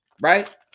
right